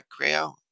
Creo